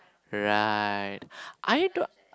right I don't